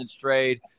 trade